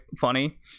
funny